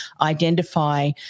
identify